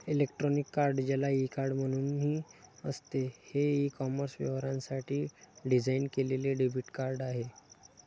electronic card, ज्याला e card म्हणूनही असते, हे ई कॉमर्स व्यवहारांसाठी डिझाइन केलेले डेबिट कार्ड आहे